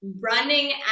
running